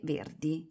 Verdi